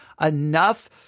enough